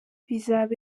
bizaba